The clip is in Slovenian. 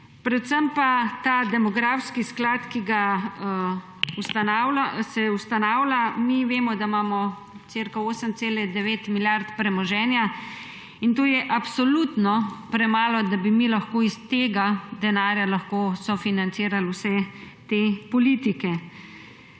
predvsem pa ta demografski sklad, ki se ga ustanavlja. Mi vemo, da imamo cirka 8,9 milijard premoženja, in to je absolutno premalo, da bi mi lahko iz tega denarja sofinancirali vse te politike.